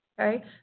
okay